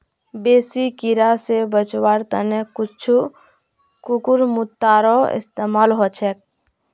बेसी कीरा स बचवार त न कुछू कुकुरमुत्तारो इस्तमाल ह छेक